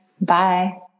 Bye